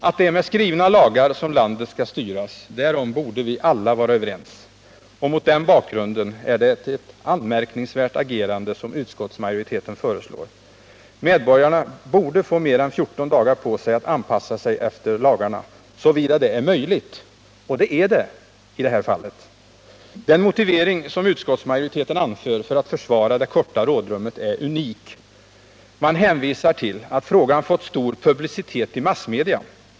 Att det är med skrivna lagar som landet skall styras, därom borde vi alla vara överens. Mot den bakgrunden är det agerande som utskottsmajoriteten föreslår anmärkningsvärt. Medborgarna borde få mer än 14 dagar på sig att anpassa sig efter lagarna såvida det är möjligt — och det är det i det här fallet. Den motivering som utskottsmajoriteten anför för att försvara det korta rådrummet är unik. Man hänvisar till att frågan fått stor publicitet i massmedia.